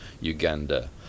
Uganda